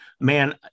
Man